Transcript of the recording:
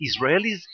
Israelis